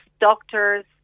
doctors